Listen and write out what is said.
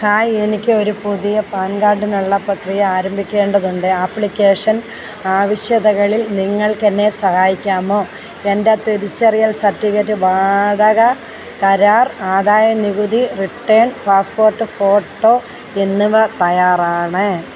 hi എനിക്ക് ഒരു പുതിയ പാൻ കാർഡിനുള്ള പ്രക്രിയ ആരംഭിക്കേണ്ടതുണ്ട് ആപ്ലിക്കേഷൻ ആവശ്യകതകളിൽ നിങ്ങൾക്കെന്നെ സഹായിക്കാമോ എൻ്റെ തിരിച്ചറിയൽ സർട്ടിഫിക്കറ്റ് വാടക കരാർ ആദായനികുതി റിട്ടേൺ പാസ്പോർട്ട് ഫോട്ടോ എന്നിവ തയ്യാറാണ്